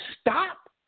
stop